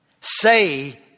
Say